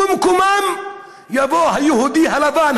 ובמקומם יבוא היהודי הלבן,